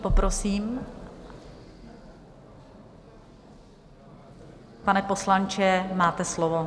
Poprosím, pane poslanče, máte slovo.